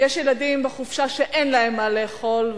יש הם ילדים בחופשה שאין להם מה לאכול,